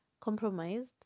compromised